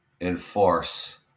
enforce